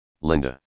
Linda